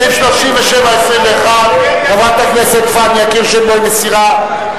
סעיף 37(21), חברת הכנסת פניה קירשנבאום, מסירה.